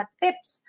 tips